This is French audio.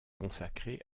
consacré